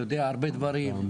יודע הרבה דברים,